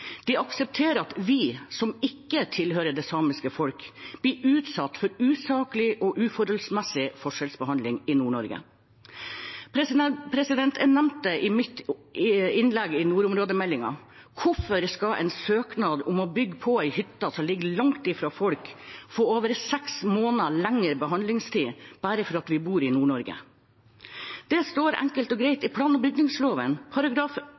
De aksepterer at vi, som ikke tilhører det samiske folk, blir utsatt for usaklig og uforholdsmessig forskjellsbehandling i Nord-Norge. Jeg nevnte det i mitt innlegg om nordområdemeldingen: Hvorfor skal en søknad om å bygge på en hytte som ligger langt fra folk, få over seks måneder lengre saksbehandlingstid bare fordi vi bor i Nord-Norge? Det står enkelt og greit i plan- og bygningsloven